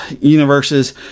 universes